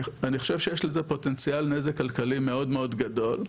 אני חושב שיש לזה פוטנציאל נזק כלכלי מאוד מאוד גדול,